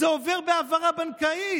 זה עובר בהעברה בנקאית.